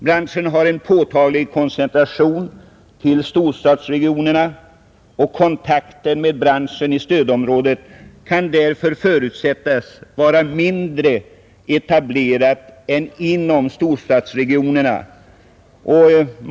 Branschen har en påtaglig koncentration till storstadsregionerna. Kontakten med branschen i stödområdet kan därför förutsättas vara mindre etablerad än inom storstadsregionerna.